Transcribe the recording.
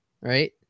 right